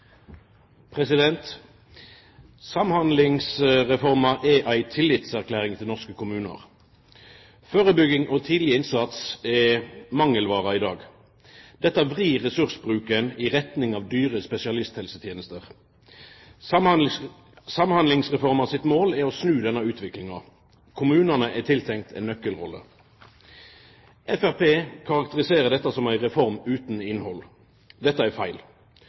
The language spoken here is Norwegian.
ei tillitserklæring til norske kommunar. Førebygging og tidleg innsats er mangelvarer i dag. Dette vrir ressursbruken i retning av dyre spesialisthelsetenester. Målet i Samhandlingsreforma er å snu denne utviklinga. Kommunane er tiltenkte ei nøkkelrolle. Framstegspartiet karakteriserer dette som ei reform utan innhald. Dette er feil.